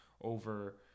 over